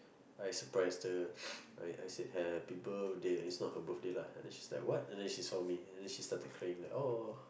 I surprised her I I said happy birthday is not her birthday lah and then she started crying oh